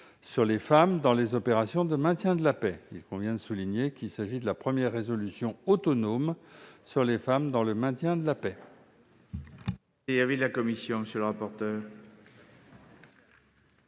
sur les femmes dans les opérations de maintien de la paix. Il convient de souligner qu'il s'agit de la première résolution autonome sur les femmes dans le maintien de la paix.